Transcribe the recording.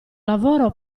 lavoro